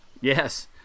Yes